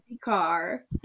car